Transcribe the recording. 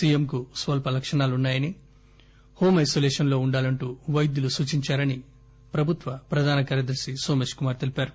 సీఎంకు స్వల్ప లక్షణాలున్నాయని హోం ఐసోలేషన్ లో ఉండలంటూ వైద్యులు సూచించినట్లు ప్రభుత్వ ప్రధాన కార్యదర్శి నోమేశ్ కుమార్ తెలిపారు